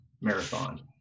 marathon